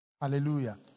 Hallelujah